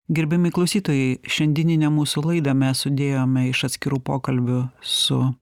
gerbiami klausytojai šiandieninę mūsų laidą mes sudėjome iš atskirų pokalbių su